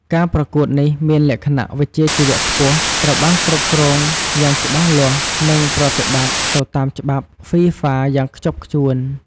ការប្រកួតនេះមានលក្ខណៈវិជ្ជាជីវៈខ្ពស់ ត្រូវបានគ្រប់គ្រងយ៉ាងច្បាស់លាស់ និងប្រតិបត្តិទៅតាមច្បាប់ FIFA យ៉ាងខ្ជាប់ខ្ជួន។